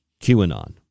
QAnon